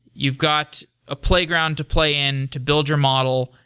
you've got a playground to play in to build your model.